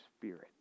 Spirit